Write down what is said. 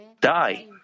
die